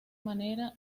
manera